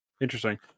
interesting